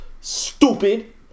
Stupid